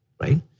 right